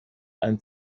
einen